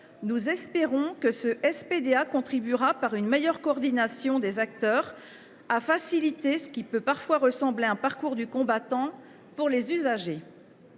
Nous formons le vœu qu’il contribue ainsi, par une meilleure coordination des acteurs, à faciliter ce qui peut parfois ressembler à un parcours du combattant pour les usagers.